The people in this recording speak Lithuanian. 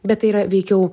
bet tai yra veikiau